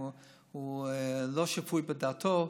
הוא לא שפוי בדעתו.